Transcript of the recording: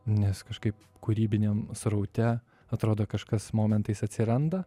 nes kažkaip kūrybiniam sraute atrodo kažkas momentais atsiranda